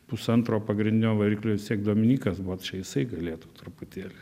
pusantro pagrindinio variklio vis tiek dominykas buvo čia jisai galėtų truputėlį